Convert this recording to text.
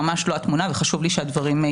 זאת ממש לא התמונה וחשוב לי שהדברים יובהרו.